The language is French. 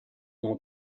n’en